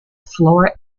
flora